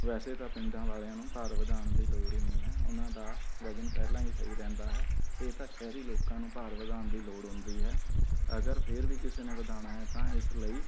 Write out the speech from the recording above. ਵੈਸੇ ਤਾਂ ਪਿੰਡਾਂ ਵਾਲਿਆਂ ਨੂੰ ਭਾਰ ਵਧਾਉਣ ਦੀ ਲੋੜ ਹੀ ਨਹੀਂ ਹੈ ਉਹਨਾਂ ਦਾ ਵਜ਼ਨ ਪਹਿਲਾਂ ਹੀ ਸਹੀ ਰਹਿੰਦਾ ਹੈ ਇਹ ਤਾਂ ਸ਼ਹਿਰੀ ਲੋਕਾਂ ਨੂੰ ਭਾਰ ਵਧਾਉਣ ਦੀ ਲੋੜ ਹੁੰਦੀ ਹੈ ਅਗਰ ਫਿਰ ਵੀ ਕਿਸੇ ਨੇ ਵਧਾਉਣਾ ਹੈ ਤਾਂ ਇਸ ਲਈ